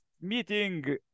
meeting